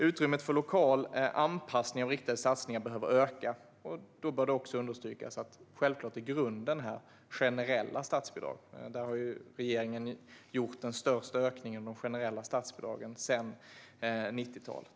Utrymmet för lokal anpassning av riktade satsningar behöver öka, och då bör det också understrykas att grunden självklart är generella statsbidrag. Regeringen har gjort den största ökningen av de generella statsbidragen sedan 90-talet.